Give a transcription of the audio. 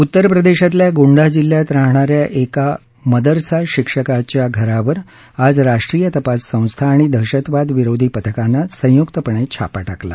उत्तर प्रदेशातल्या गोंडा जिल्ह्यात राहणा या एका मदरसा शिक्षकाच्या घरावर आज राष्ट्रीय तपास संस्था आणि दहशतवादविरोधी पथकानं संयुक्तपणे छापा टाकला